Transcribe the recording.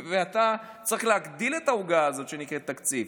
ואתה צריך להגדיל את העוגה הזאת שנקראת תקציב.